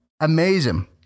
Amazing